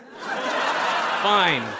Fine